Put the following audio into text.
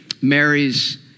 Marries